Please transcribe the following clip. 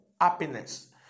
happiness